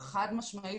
חד משמעית.